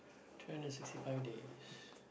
three hundred sixty days